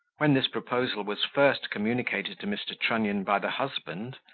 when this proposal was first communicated to mr. trunnion by the husband,